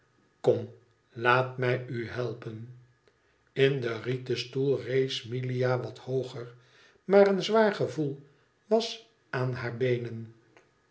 kom laat mij u helpen in den rieten stoel rees milia wat hooger maar een zwaar gevoel was aan haar beenen